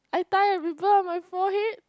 I tie a ribbon on my forehead